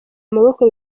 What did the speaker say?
amaboko